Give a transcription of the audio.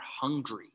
hungry